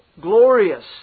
glorious